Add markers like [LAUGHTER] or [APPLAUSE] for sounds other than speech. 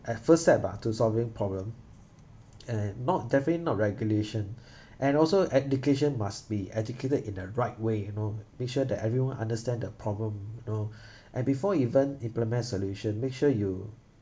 at first step ah to solving problem and not definitely not regulation [BREATH] and also education must be educated in a right way you know be sure that everyone understand the problem you know [BREATH] and before even implement solution make sure you